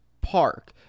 park